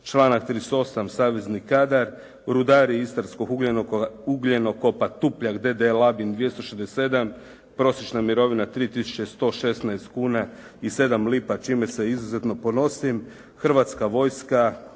članak 38 savezni kadar, rudari istarskog ugljenokopa “Tupljak“ d.d. Labin 267, prosječna mirovina 3116 kuna i 7 lipa čime se izuzetno ponosim. Hrvatska vojska,